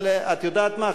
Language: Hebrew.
אבל את יודעת מה?